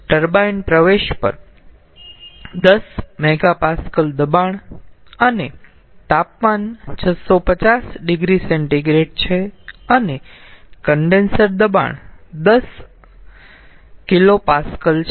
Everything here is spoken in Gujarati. ટર્બાઇન પ્રવેશ પર 10 MPa દબાણ અને તાપમાન 650oC છે અને કન્ડેન્સર દબાણ 10 kPa છે